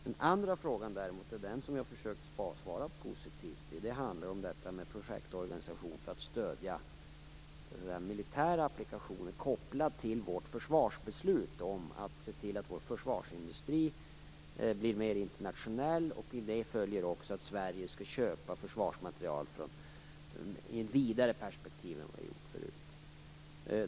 Den andra frågan däremot, den som jag har försökt svara positivt på, handlar om projektorganisation för att stödja militära applikationer kopplat till vårt försvarsbeslut om att se till att vår försvarsindustri blir mer internationell. Av det följer att Sverige skulle köpa försvarsmateriel i ett vidare perspektiv än vi gjort förut.